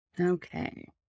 Okay